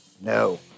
No